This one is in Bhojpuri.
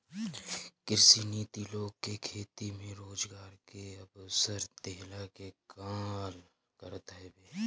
कृषि नीति लोग के खेती में रोजगार के अवसर देहला के काल करत हवे